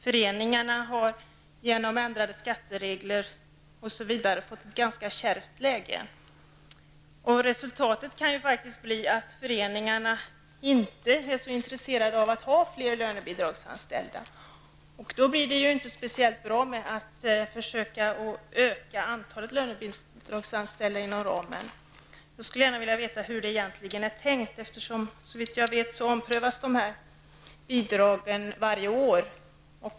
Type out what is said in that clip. Föreningarna har genom ändrade skatteregler osv. fått ett ganska kärvt läge. Resultatet kan ju faktiskt bli att föreningarna inte är så intresserade av att ha fler lönebidragsanställda. Då blir det ju inte speciellt bra om man försöker öka antalet lönebidragsanställda inom ramen. Jag skulle vilja veta hur det egentligen är tänkt. Såvitt jag vet omprövas de här bidragen varje år.